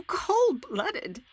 cold-blooded